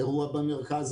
אירוע במרכז,